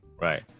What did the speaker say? Right